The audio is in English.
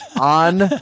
on